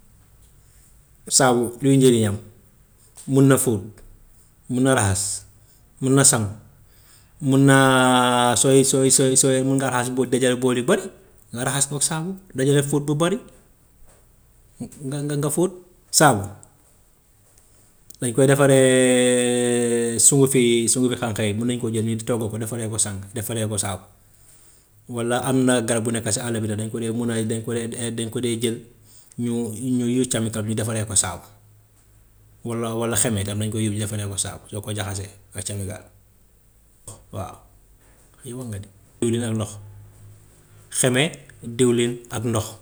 Saabu luy njëriñam mun na fóot, mun na raxas, mun na sangu, mun na sooy sooy sooy sooy mun nga raxas ba dajale bool yu bari nga raxas koog saabu, dajale fóot bu bari nga nga fóot. Saabu dañ koy defaree sungufi sungufi xànk yi mun nañ koo jël ñu togg ko defaree ko sànk defaree ko saabu. Walla am na garab bu nekka si àll bi de dañ ko dee mun a dañ ko dee dañ ko dee jël ñu ñu use tamit ko ñu defaree ko saabu, walla walla xeme tam dañ koy use ñu defaree ko saabu soo ko jaxasee waaw yow mun nga di diwlin ak ndox, xeme diwlin ak ndox.